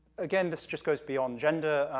again, this just goes beyond gender,